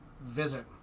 visit